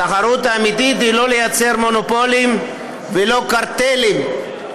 התחרות האמיתית היא לא לייצר מונופול ולא קרטלים,